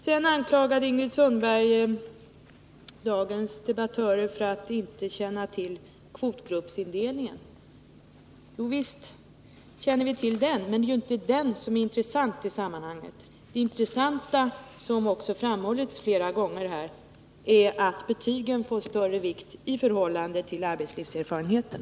Vidare anklagade Ingrid Sundberg dagens debattörer för att inte känna till kvotgruppsindelningen. Visst känner vi till den, men det är inte den som är intressant i sammanhanget. Det intressanta är — vilket också har framhållits flera gånger i debatten — att betygen nu får större vikt i förhållande till arbetslivserfarenheten.